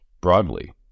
broadly